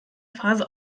phase